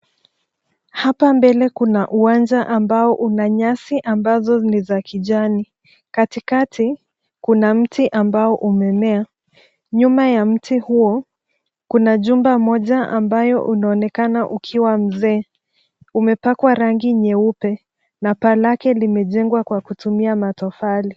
Hapa mbele kuna uwanja ambao una nyasi ambazo ni za kijani. Katikati kuna mti ambao umemea, nyuma ya mti huo kuna jumba moja ambayo unaonekana ukiwa mzee, umepakwa rangi nyeupe na paa lake limejengwa kwa kutumia matofali.